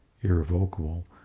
irrevocable